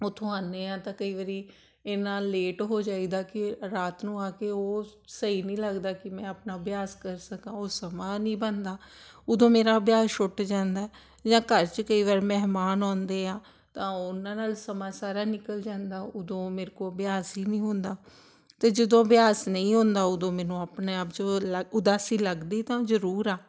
ਉੱਥੋਂ ਆਉਂਦੇ ਹਾਂ ਤਾਂ ਕਈ ਵਾਰ ਲੇਟ ਹੋ ਜਾਈਦਾ ਕਿ ਰਾਤ ਨੂੰ ਆ ਕੇ ਉਹ ਸਹੀ ਨਹੀਂ ਲੱਗਦਾ ਕਿ ਮੈਂ ਆਪਣਾ ਅਭਿਆਸ ਕਰ ਸਕਾਂ ਉਹ ਸਮਾਂ ਨਹੀਂ ਬਣਦਾ ਉਦੋਂ ਮੇਰਾ ਅਭਿਆਸ ਛੁੱਟ ਜਾਂਦਾ ਜਾਂ ਘਰ 'ਚ ਕਈ ਵਾਰ ਮਹਿਮਾਨ ਆਉਂਦੇ ਆ ਤਾਂ ਉਹਨਾਂ ਨਾਲ ਸਮਾਂ ਸਾਰਾ ਨਿਕਲ ਜਾਂਦਾ ਉਦੋਂ ਮੇਰੇ ਕੋਲ ਅਭਿਆਸ ਹੀ ਨਹੀਂ ਹੁੰਦਾ ਅਤੇ ਜਦੋਂ ਅਭਿਆਸ ਨਹੀਂ ਹੁੰਦਾ ਉਦੋਂ ਮੈਨੂੰ ਆਪਣੇ ਆਪ 'ਚੋਂ ਉਦਾਸੀ ਲੱਗਦੀ ਤਾਂ ਜ਼ਰੂਰ ਆ